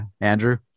Andrew